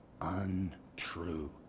untrue